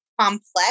complex